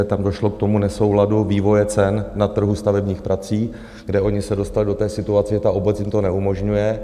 Tam došlo k nesouladu vývoje cen na trhu stavebních prací, kde oni se dostali do situace, že ta obec jim to neumožňuje.